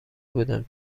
بودم